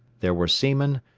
there were seamen,